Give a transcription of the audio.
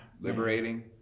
Liberating